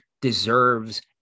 deserves